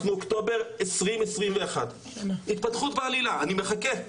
אנחנו באוקטובר 2021. התפתחות בעלילה, אני מחכה,